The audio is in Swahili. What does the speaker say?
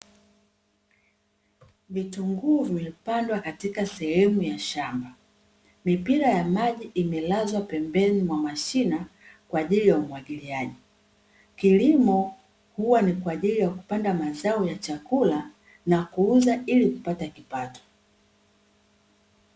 Vitunguu vimepandwa katika sehemu ya shamba, mipira ya maji imelazwa pembeni mwa mashina kwa ajili ya umwagiliaji. Kilimo huwa ni kwa ajili ya kupanda mazao ya chakula na kuuza ili kupata kipato.